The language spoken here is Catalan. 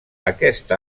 aquest